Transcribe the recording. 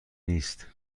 نیست